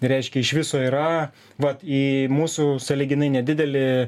reiškia iš viso yra vat į mūsų sąlyginai nedidelį